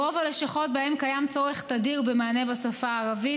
ברוב הלשכות שבהן קיים צורך תדיר במענה בשפה הערבית,